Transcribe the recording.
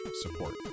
support